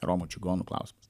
romų čigonų klausimas